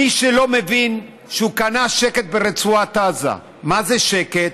מי שלא מבין שהוא קנה שקט ברצועת עזה, מה זה שקט?